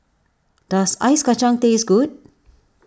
does Ice Kachang taste good